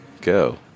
Go